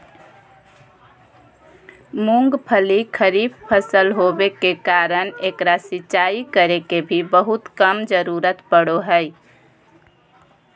मूंगफली खरीफ फसल होबे कारण एकरा सिंचाई करे के भी बहुत कम जरूरत पड़ो हइ